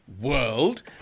world